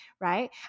Right